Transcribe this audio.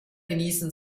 genießen